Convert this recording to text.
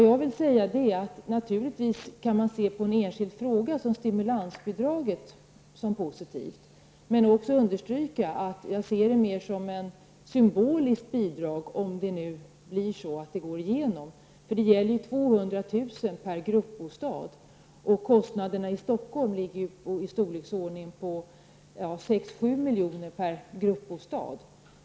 Jag vill dock säga att man naturligtvis kan se på en enskild fråga som stimulansbidraget som positivt. Jag ser det emellertid mera som ett symboliskt bidrag, om det går igenom. Det gäller 200 000 kr. per gruppbostad. Kostnaderna i Stockholm ligger på i storleksordningen 6--7 milj.kr. per gruppbostad.